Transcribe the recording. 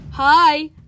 Hi